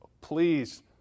Please